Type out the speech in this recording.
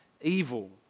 evil